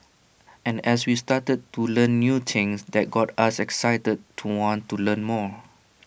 and as we started to learn new things that got us excited to want to learn more